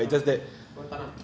a'ah kau tak nak